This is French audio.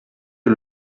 est